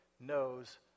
knows